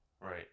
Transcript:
right